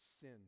sin